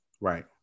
right